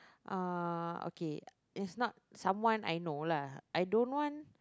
ah okay it's not someone I know lah I don't want